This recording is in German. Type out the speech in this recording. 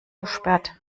gesperrt